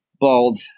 Bald